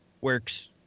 works